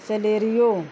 Celerio